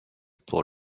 pour